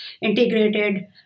integrated